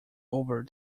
over